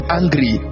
angry